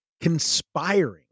conspiring